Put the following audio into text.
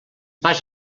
pas